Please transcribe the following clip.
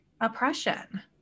oppression